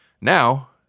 Now